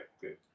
Good